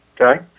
Okay